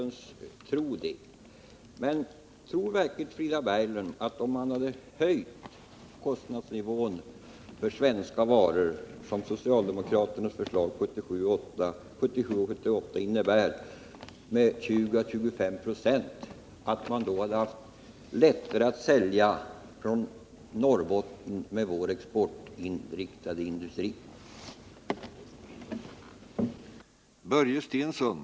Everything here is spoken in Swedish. Herr talman! Det är vad Frida Berglund tror. Men då måste jag fråga: Tror verkligen Frida Berglund att Norrbotten med sin exportinriktade industri hade haft lättare att sälja produkterna, om man höjt kostnadsnivån med 20 å 25 4, vilket socialdemokraternas förslag 1977 och 1978 innebar?